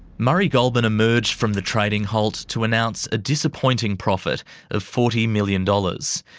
murray goulburn emerged from the trading halt to announce a disappointing profit of forty million dollars.